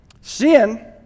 Sin